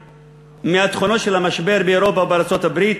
מהתכונות של המשבר באירופה ובארצות-הברית.